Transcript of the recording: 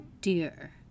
dear